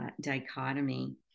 dichotomy